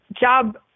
job